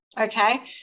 Okay